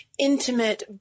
Intimate